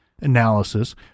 analysis